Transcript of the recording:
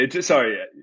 sorry